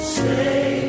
say